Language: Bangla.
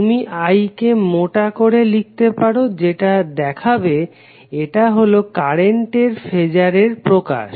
তুমি I কে মোটা করে লিখতে পারো যেটা দেখাবে এটা হলো কারেন্টের ফেজার প্রকাশ